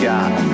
God